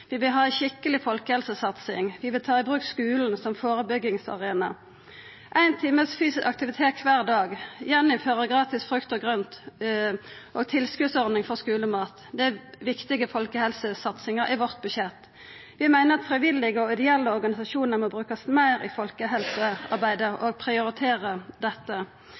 Vi vil ha ei skikkeleg folkehelsesatsing. Vi vil ta i bruk skulen som førebyggingsarena. Vi vil ha éin times fysisk aktivitet kvar dag, gjeninnføra gratis frukt og grønt og ha ei tilskotsordning for skulemat. Det er viktige folkehelsesatsingar i vårt budsjett. Vi meiner at frivillige og ideelle organisasjonar må brukast meir i folkehelsearbeidet, og prioriterer dette.